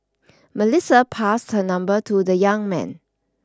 Melissa passed her number to the young man